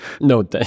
No